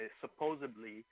supposedly